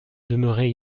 demeuré